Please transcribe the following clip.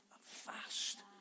fast